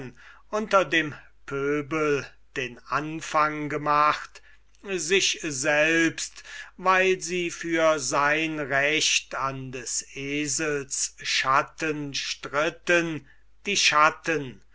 unter dem pöbel den anfang gemacht sich selbst weil sie für sein recht an des esels schatten stritten die schatten